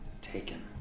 taken